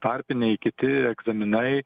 tarpiniai kiti egzaminai